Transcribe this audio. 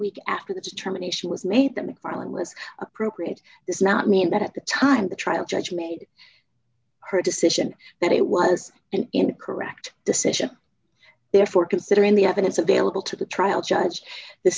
week after the determination was made that mcfarlane was appropriate does not mean that at the time the trial judge made her decision that it was and in a correct decision therefore considering the evidence available to the trial judge the